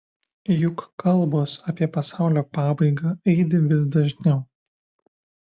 juk kalbos apie pasaulio pabaigą aidi vis dažniau